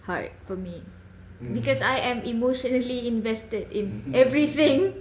hard for me because I am emotionally invested in everything